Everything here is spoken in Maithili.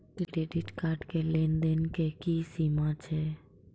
क्रेडिट कार्ड के लेन देन के की सीमा छै?